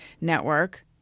network